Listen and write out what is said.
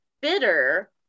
bitter